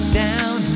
down